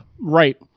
Right